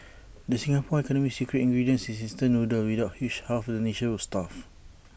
the Singapore economy's secret ingredient is instant noodles without which half the nation would starve